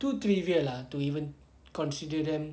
too trivial lah to even consider them